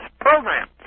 program